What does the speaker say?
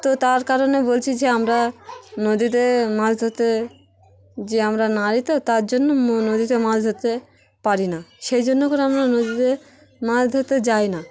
তো তার কারণে বলছি যে আমরা নদীতে মাছ ধরতে যে আমরা নাড়ী তো তার জন্য নদীতে মাছ ধরতে পারি না সেই জন্য করে আমরা নদীতে মাছ ধরতে যাই না